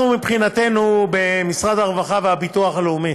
אנחנו מבחינתנו, במשרד הרווחה והביטוח הלאומי,